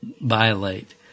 violate